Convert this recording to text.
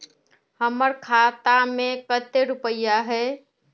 हमर खाता में केते रुपया है?